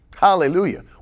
Hallelujah